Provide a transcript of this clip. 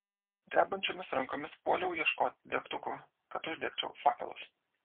drebančiomis rankomis puoliau ieškoti degtukų kad uždegčiau fakelus